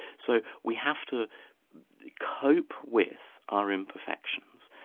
so we have to cope with our imperfections.